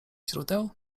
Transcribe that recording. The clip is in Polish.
źródeł